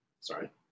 sorry